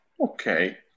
okay